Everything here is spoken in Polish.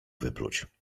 wypluć